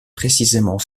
précisément